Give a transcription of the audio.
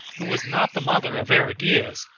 who was not the mother of aridaeus,